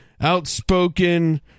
outspoken